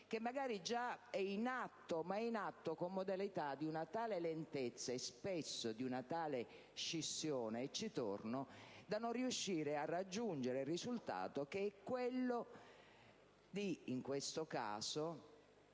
che magari già è in atto, ma è in atto con modalità di una tale lentezza, e spesso di una tale scissione - e tornerò sull'argomento - da non riuscire a raggiungere il risultato che è quello, in questo caso,